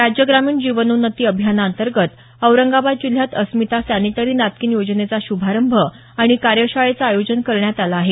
राज्य ग्रामीण जीवनोन्नती अभियानांतर्गत औरंगाबाद जिल्ह्यात अस्मिता सॅनिटरी नॅपकीन योजनेचा श्रभारंभ आणि कार्यशाळेचं आयोजन करण्यात आलं आहे